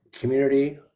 community